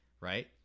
right